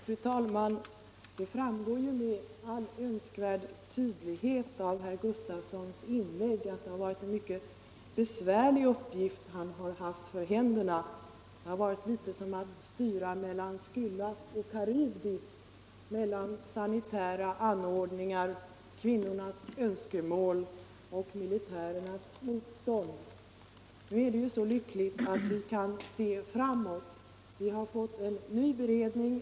Fru talman! Det framgår ju med all önskvärd tydlighet av herr Gustavssons i Eskilstuna inlägg att det har varit en besvärlig uppgift som han har haft för händer. Det har i viss mån varit som att styra mellan Skylla och Karybdis mellan sanitära anordningar, kvinnornas önskemål och militärernas motstånd. Nu är det så lyckligt att vi kan se framåt. Vi har fått en ny beredning.